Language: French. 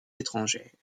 étrangères